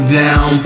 down